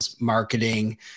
marketing